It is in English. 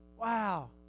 wow